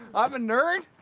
i'm a nerd?